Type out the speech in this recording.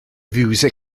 fiwsig